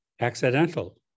accidental